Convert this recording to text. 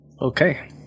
Okay